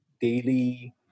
daily